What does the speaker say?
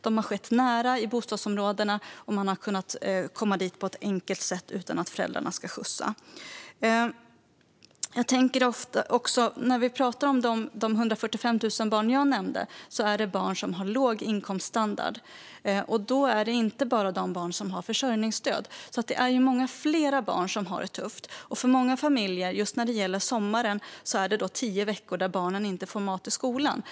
De har skett nära i bostadsområdena, och barnen har på ett enkelt sätt kunnat ta sig till dem utan att behöva få skjuts av föräldrarna. De 145 000 barn jag nämnde är barn i familjer med låg inkomststandard. Det gäller inte bara de barn vars föräldrar får försörjningsstöd. Det är många fler barn som har det tufft. För många familjer handlar sommaren om tio veckor när barnen inte får mat i skolan.